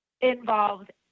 involved